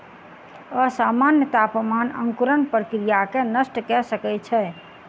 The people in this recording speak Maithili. असामन्य तापमान अंकुरण प्रक्रिया के नष्ट कय सकै छै